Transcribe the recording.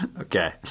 Okay